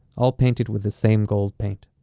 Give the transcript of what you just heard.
all painted with the same gold paint